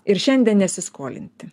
ir šiandien nesiskolinti